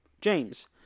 James